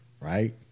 right